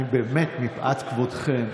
אני באמת, מפאת כבודכם,